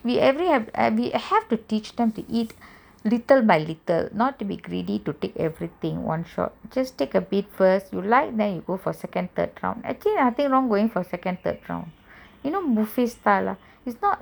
we every we have to teach them to eat little by little not to be greedy take everything one shot just take a bit you like then go for second third round you know nothing going for second third round you know buffet style ah